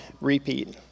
repeat